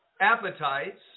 appetites